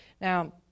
Now